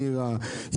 נירה,